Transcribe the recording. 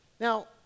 Now